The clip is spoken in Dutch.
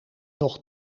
nog